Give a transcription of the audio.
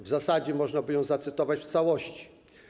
W zasadzie można by ją zacytować w całości.